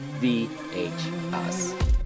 VHS